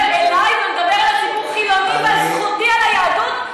כשהוא מדבר אלי ומדבר על ציבור חילוני ועל זכותי על היהדות,